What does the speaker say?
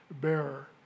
bearer